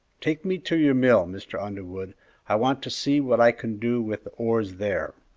take me to your mill, mr. underwood i want to see what i can do with the ores there.